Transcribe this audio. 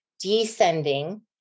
Descending